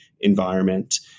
environment